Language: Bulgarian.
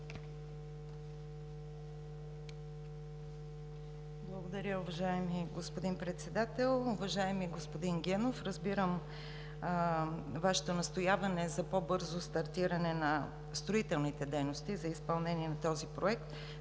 Благодаря, уважаеми господин Председател. Уважаеми господин Генов, разбирам Вашето настояване за по-бързо стартиране на строителните дейности и за изпълнение на този проект.